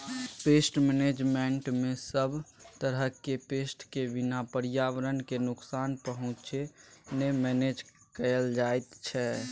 pest मेनेजमेन्टमे सब तरहक पेस्ट केँ बिना पर्यावरण केँ नुकसान पहुँचेने मेनेज कएल जाइत छै